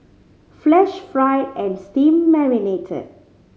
flash fried and steam marinated